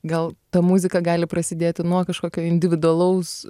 gal ta muzika gali prasidėti nuo kažkokio individualaus